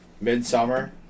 Midsummer